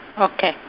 okay